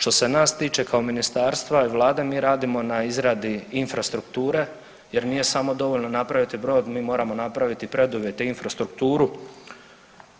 Što se nas tiče kao ministarstva i vlade mi radimo na izradi infrastrukture jer nije samo dovoljno napraviti brod, mi moramo napraviti preduvjete, infrastrukturu